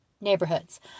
neighborhoods